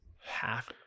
half